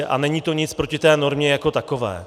A není to nic proti té normě jako takové.